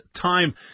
time